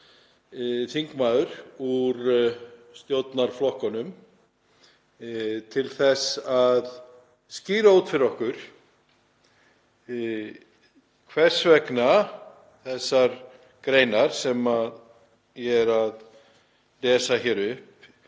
þingmaður úr stjórnarflokkunum til að skýra út fyrir okkur hvers vegna þær greinar sem ég er að lesa upp